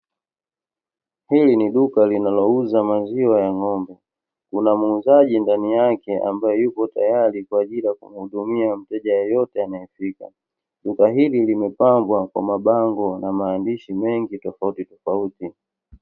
Hili ni duka linalo uza maziwa ya ng'ombe. Kuna muuzaji ndani yake ambaye yupo tayari kwa ajili ya kumhudumia mteja yoyote anayefika. Duka hili limepambwa kwa mabango na maandishi mengi tofauti tofauti.